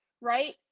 Right